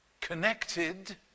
connected